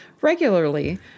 regularly